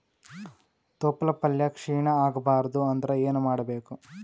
ತೊಪ್ಲಪಲ್ಯ ಕ್ಷೀಣ ಆಗಬಾರದು ಅಂದ್ರ ಏನ ಮಾಡಬೇಕು?